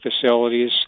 facilities